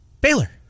Baylor